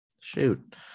Shoot